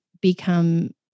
become